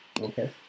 Okay